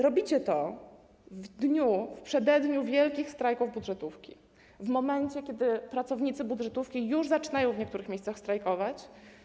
Robicie to w dniu, w przededniu wielkich strajków budżetówki, w momencie kiedy pracownicy budżetówki już zaczynają w niektórych miejscach strajkować.